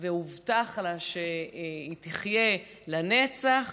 והובטח לה שהיא תחיה לנצח,